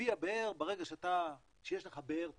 בפי הבאר, ברגע שיש לך באר טובה,